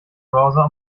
browser